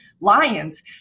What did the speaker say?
lions